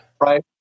Right